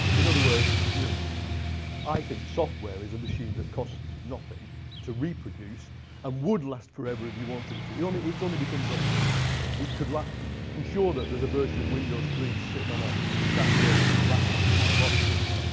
in other words, you know i think software is a machine that costs nothing to reproduce and would last forever if you wanted it to. it only becomes obsolete it could last um i'm sure that there's a version of windows three sitting on a crappy old laptop in my loft somewhere.